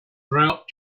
route